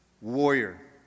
Warrior